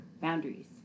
Boundaries